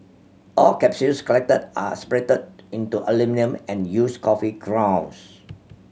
all capsules collected are separated into aluminium and used coffee grounds